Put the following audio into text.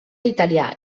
italià